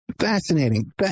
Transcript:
Fascinating